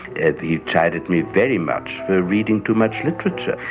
and he chided me very much for reading too much literature.